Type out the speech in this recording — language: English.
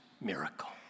miracle